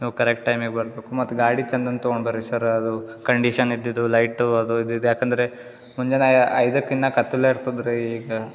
ನೀವು ಕರೆಕ್ಟ್ ಟೈಮಿಗೆ ಬರಬೇಕು ಮತ್ತು ಗಾಡಿ ಚಂದನ್ ತಗೊಂಡು ಬನ್ರಿ ಸರ್ ಅದು ಕಂಡಿಷನ್ ಇದ್ದಿದ್ದು ಲೈಟು ಅದು ಇದಿದ್ದು ಯಾಕಂದರೆ ಮುಂಜಾನೆ ಐದಕ್ಕಿನ್ನೂ ಕತ್ತಲೆ ಇರ್ತದೆ ರೀ ಈಗ